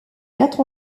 quatre